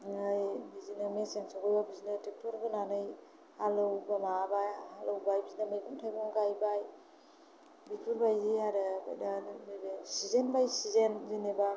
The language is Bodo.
बिदिनो मेसें सफैबा ट्रेक्ट'र होनानै हालेवबाय बिदिनो मैगं थायगं गायबाय बेफोर बायदि आरो आबादा दा नैबे सिजोन बाय सिजोन जेनेबा